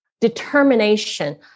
determination